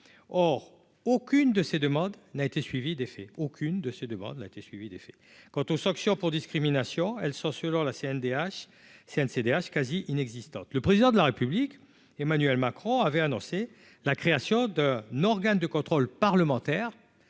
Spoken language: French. aucune de ces demandes été suivies d'effet, quant aux sanctions pour discrimination, elles sont, selon la CNDH Cncdh quasi inexistante, le président de la République, Emmanuel Macron, avait annoncé la création de n'organe de contrôle parlementaire